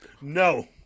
no